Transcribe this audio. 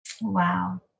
wow